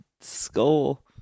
skull